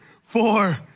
four